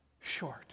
short